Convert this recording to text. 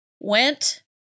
went